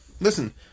Listen